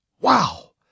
Wow